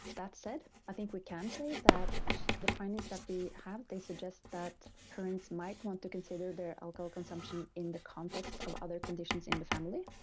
that said, i think we can say that the findings that we have, they suggest that parents might want to consider their alcohol consumption in the context of other conditions in the family.